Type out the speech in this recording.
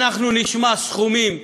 אנחנו נשמע סכומים,